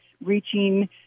reaching